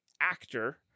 actor